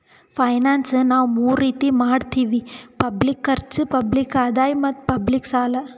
finance ನಾವ್ ಮೂರ್ ರೀತಿ ಮಾಡತ್ತಿವಿ ಪಬ್ಲಿಕ್ ಖರ್ಚ್, ಪಬ್ಲಿಕ್ ಆದಾಯ್ ಮತ್ತ್ ಪಬ್ಲಿಕ್ ಸಾಲ